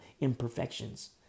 imperfections